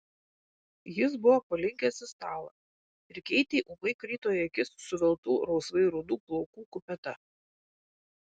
jis buvo palinkęs į stalą ir keitei ūmai krito į akis suveltų rausvai rudų plaukų kupeta